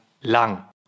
lang